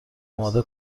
اماده